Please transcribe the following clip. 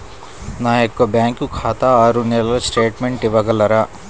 నా యొక్క బ్యాంకు ఖాతా ఆరు నెలల స్టేట్మెంట్ ఇవ్వగలరా?